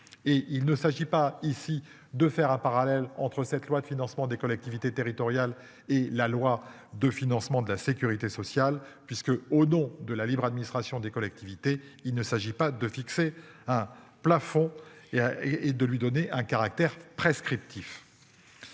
il ne s'agit pas ici de faire un parallèle entre cette loi de financement des collectivités territoriales et la loi de financement de la Sécurité sociale puisque au nom de la libre administration des collectivités. Il ne s'agit pas de fixer un plafond et et et de lui donner un caractère prescriptif.